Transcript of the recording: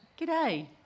G'day